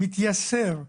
מתייסר בכוויות,